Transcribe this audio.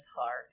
hard